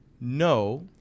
No